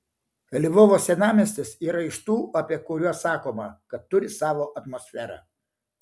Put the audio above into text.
lvovo senamiestis yra iš tų apie kuriuos sakoma kad turi savo atmosferą